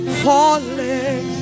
falling